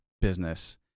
business